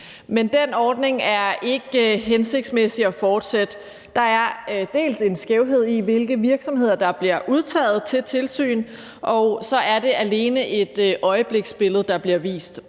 men den ordning er det ikke hensigtsmæssigt at fortsætte. Der er dels en skævhed i, hvilke virksomheder der bliver udtaget til tilsyn, dels er det alene et øjebliksbillede, der bliver vist.